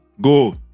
Go